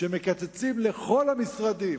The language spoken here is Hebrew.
ומקצצים לכל המשרדים